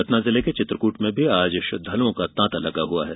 सतना जिले के चित्रकूट में भी आज श्रद्वालुओं का तांता लगा हुआ है